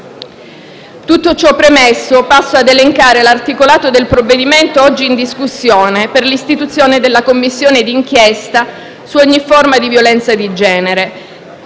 Tutto ciò premesso, passo a elencare l'articolato del provvedimento oggi in discussione per l'istituzione della Commissione di inchiesta sul femminicidio, nonché su ogni forma di violenza di genere.